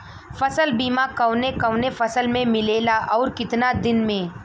फ़सल बीमा कवने कवने फसल में मिलेला अउर कितना दिन में?